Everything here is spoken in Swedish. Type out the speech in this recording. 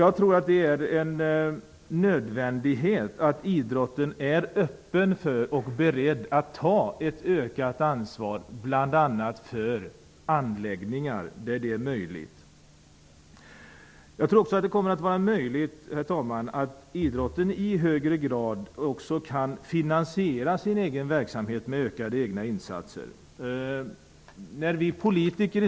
Jag tror att det är nödvändigt att idrottsrörelsen är öppen för och tar ett ökat ansvar för bl.a. anläggningar. Herr talman! Jag tror också att det är möjligt att idrottsrörelsen i högre grad kan finansiera sin egen verksamhet med hjälp av en ökad mängd egna insatser.